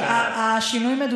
אבל השינוי,